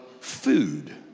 food